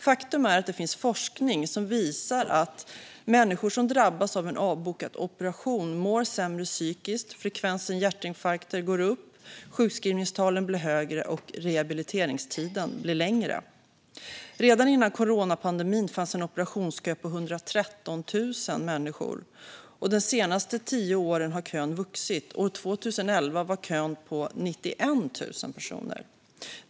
Faktum är att det finns forskning som visar att människor som drabbas av en avbokad operation mår sämre psykiskt. Frekvensen av hjärtinfarkter går upp, sjukskrivningstalen blir högre och rehabiliteringstiden blir längre. Redan före coronapandemin fanns en operationskö på 113 000 människor. De senaste tio åren har kön vuxit; år 2011 var kön på 91 000 personer.